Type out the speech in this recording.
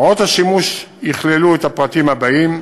הוראות השימוש יכללו את הפרטים הבאים: